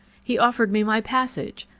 he offered me my passage,